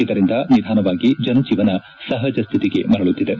ಇದರಿಂದ ನಿಧಾನವಾಗಿ ಜನಜೀವನ ಸಹಜ ಸ್ವಿತಿಗೆ ಮರಳುತ್ತಿದೆ